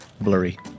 blurry